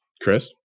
Chris